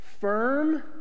Firm